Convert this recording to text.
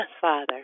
Father